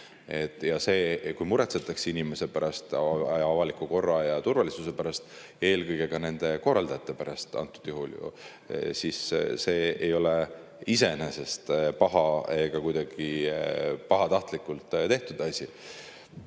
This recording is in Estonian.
Ja see, kui muretsetakse inimese pärast ja avaliku korra ja turvalisuse pärast, eelkõige ka nende korraldajate pärast antud juhul, ei ole iseenesest paha ega kuidagi pahatahtlikult tehtud asi.